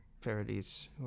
parodies